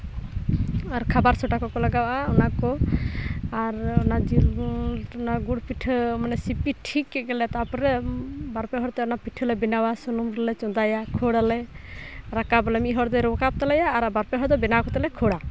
ᱟᱨ ᱠᱷᱟᱵᱟᱨ ᱥᱳᱰᱟ ᱠᱚᱠᱚ ᱞᱟᱜᱟᱣᱟᱜᱼᱟ ᱚᱱᱟ ᱠᱚ ᱟᱨ ᱚᱱᱟ ᱡᱤᱞ ᱚᱱᱟ ᱜᱩᱲ ᱯᱤᱴᱷᱟᱹ ᱢᱟᱱᱮ ᱥᱤᱯᱤ ᱴᱷᱤᱠ ᱠᱮᱫ ᱜᱮᱞᱮ ᱛᱟᱯᱚᱨᱮ ᱵᱟᱨ ᱯᱮ ᱦᱚᱲᱛᱮ ᱚᱱᱟ ᱯᱤᱴᱷᱟᱹᱞᱮ ᱵᱮᱱᱟᱣᱟ ᱥᱩᱱᱩᱢ ᱨᱮᱞᱮ ᱪᱚᱸᱫᱟᱭᱟ ᱠᱷᱳᱲᱟᱞᱮ ᱨᱟᱠᱟᱵᱟᱞᱮ ᱢᱤᱫ ᱦᱚᱲ ᱫᱚᱭ ᱨᱟᱠᱟᱵ ᱛᱟᱞᱮᱭᱟ ᱟᱨ ᱵᱟᱨ ᱯᱮ ᱦᱚᱲ ᱫᱚ ᱵᱮᱱᱟᱣ ᱠᱟᱛᱮ ᱞᱮ ᱠᱷᱳᱲᱟ